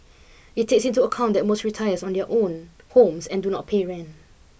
it takes into account that most retirees own their own homes and do not pay rent